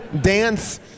dance